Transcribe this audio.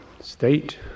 state